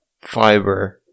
fiber